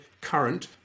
current